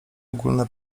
ogólne